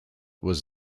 was